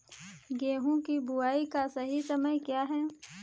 गेहूँ की बुआई का सही समय क्या है?